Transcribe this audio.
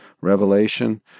revelation